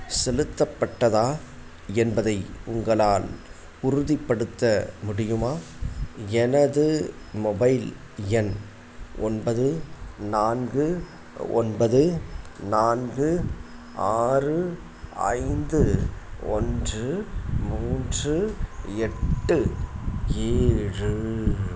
செலுத்தப்பட்டதா என்பதை உங்களால் உறுதிப்படுத்த முடியுமா எனது மொபைல் எண் ஒன்பது நான்கு ஒன்பது நான்கு ஆறு ஐந்து ஒன்று மூன்று எட்டு ஏழு